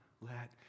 let